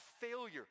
failure